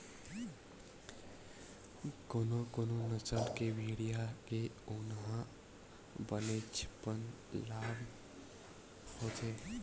कोनो कोनो नसल के भेड़िया के ऊन ह बनेचपन लाम होथे